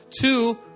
Two